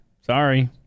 Sorry